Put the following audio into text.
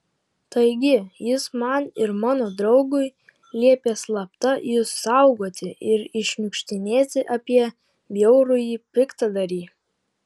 taigi jis man ir mano draugui liepė slapta jus saugoti ir iššniukštinėti apie bjaurųjį piktadarį